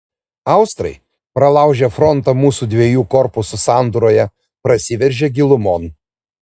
austrai pralaužę frontą mūsų dviejų korpusų sandūroje prasiveržė gilumon